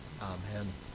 Amen